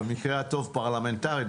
במקרה הטוב פרלמנטרית,